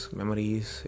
memories